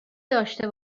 داشته